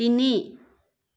তিনি